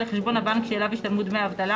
לחשבון הבנק שאליו השתלמו דמי האבטלה